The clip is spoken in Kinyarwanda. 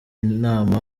nama